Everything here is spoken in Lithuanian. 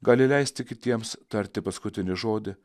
gali leisti kitiems tarti paskutinį žodį